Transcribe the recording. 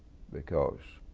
because